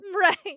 Right